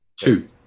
Two